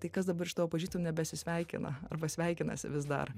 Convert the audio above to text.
tai kas dabar iš tavo pažįstamų nebesisveikina arba sveikinasi vis dar